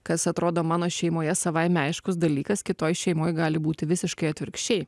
kas atrodo mano šeimoje savaime aiškus dalykas kitoj šeimoj gali būti visiškai atvirkščiai